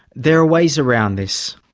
there are ways around this.